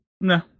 no